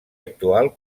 actual